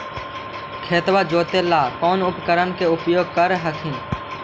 खेतबा जोते ला कौन उपकरण के उपयोग कर हखिन?